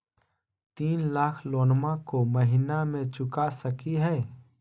तीन लाख लोनमा को महीना मे चुका सकी हय?